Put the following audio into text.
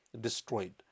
destroyed